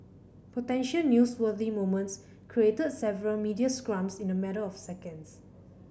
potential newsworthy moments created several media scrums in a matter of seconds